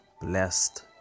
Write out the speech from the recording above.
blessed